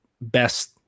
best